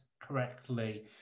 correctly